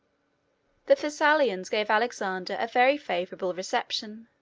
the thessalians gave alexander a very favorable reception.